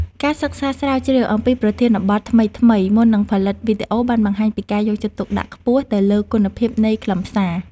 ការសិក្សាស្រាវជ្រាវអំពីប្រធានបទថ្មីៗមុននឹងផលិតវីដេអូបានបង្ហាញពីការយកចិត្តទុកដាក់ខ្ពស់ទៅលើគុណភាពនៃខ្លឹមសារ។